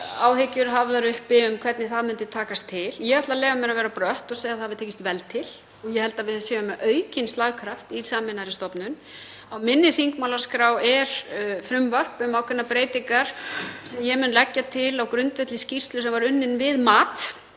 áhyggjur uppi um hvernig það myndi takast til og ég ætla að leyfa mér að vera brött og segja að vel hafi tekist til. Ég held að við séum með aukinn slagkraft í sameinaðri stofnun. Á minni þingmálaskrá er frumvarp um ákveðnar breytingar sem ég mun leggja til á grundvelli skýrslu sem var unnin við mat